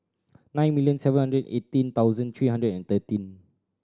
nine million seven hundred and eighteen thousand three hundred and thirteen